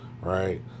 right